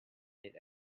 need